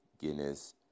Guinness